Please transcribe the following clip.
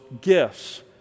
gifts